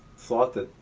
thought that,